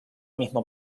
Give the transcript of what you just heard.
mismo